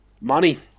money